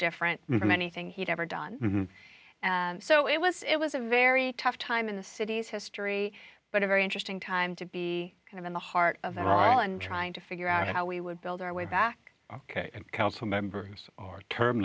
different from anything he'd ever done so it was it was a very tough time in the city's history but a very interesting time to be kind of in the heart of it all and trying to figure out how we would build our way back ok and council members are term